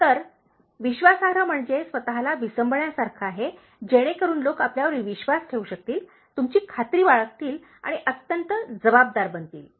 तर विश्वासार्ह म्हणजे स्वतला विसंबण्यासारखे आहे जेणेकरून लोक आपल्यावर विश्वास ठेवू शकतील तुमची खात्री बाळगतील आणि अत्यंत जबाबदार बनातील